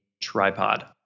tripod